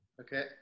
Okay